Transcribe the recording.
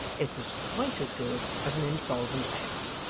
it was quite as good as an insolvent act,